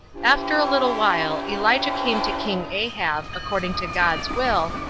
after a little while elijah came to king ahab, according to god's will,